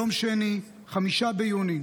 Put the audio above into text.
יום שני 5 ביוני,